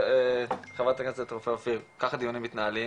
חברת הכנסת רופא-אופיר, ככה דיונים מתנהלים.